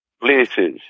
places